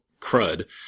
crud